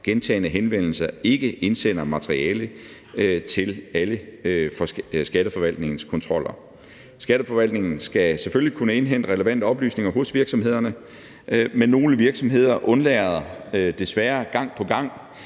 gentagne henvendelser ikke indsender materiale til alle Skatteforvaltningens kontroller. Skatteforvaltningen skal selvfølgelig kunne indhente relevante oplysninger hos virksomhederne, men nogle virksomheder undlader desværre gang på gang